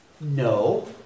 no